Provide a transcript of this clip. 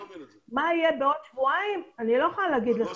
מה יהיה בעוד שבועיים, אני לא יכולה להגיד לך.